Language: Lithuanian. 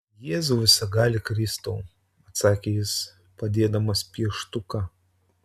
jėzau visagali kristau atsakė jis padėdamas pieštuką